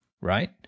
Right